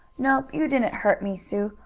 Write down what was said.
nope, you didn't hurt me, sue.